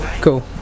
Cool